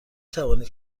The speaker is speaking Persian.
توانید